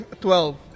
twelve